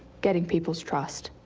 getting people's trust.